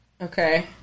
Okay